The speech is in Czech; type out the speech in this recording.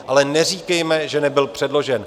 Ale neříkejte, že nebyl předložen.